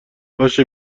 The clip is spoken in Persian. باشه